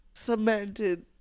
cemented